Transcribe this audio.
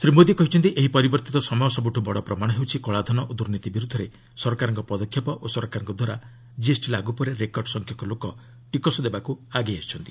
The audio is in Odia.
ଶ୍ରୀ ମୋଦି କହିଛନ୍ତି ଏହି ପରିବର୍ତ୍ତିତ ସମୟର ସବୁଠୁ ବଡ଼ ପ୍ରମାଣ ହେଉଛି କଳାଧନ ଓ ଦୁର୍ନୀତି ବିରୁଦ୍ଧରେ ସରକାରଙ୍କ ପଦକ୍ଷେପ ଓ ସରକାରଙ୍କଦ୍ୱାରା କିଏସ୍ଟି ଲାଗୁ ପରେ ରେକର୍ଡ଼ ସଂଖ୍ୟକ ଲୋକ ଟିକସ ଦେବାକ୍ ଆଗେଇ ଆସିଛନ୍ତି